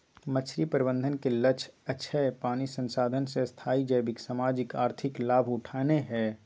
मछरी प्रबंधन के लक्ष्य अक्षय पानी संसाधन से स्थाई जैविक, सामाजिक, आर्थिक लाभ उठेनाइ हइ